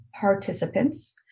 participants